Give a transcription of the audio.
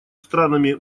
странами